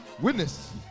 witness